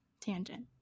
Tangent